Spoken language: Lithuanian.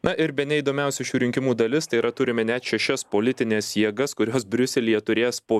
na ir bene įdomiausia šių rinkimų dalis tai yra turime net šešias politines jėgas kurios briuselyje turės po